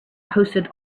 posted